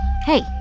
Hey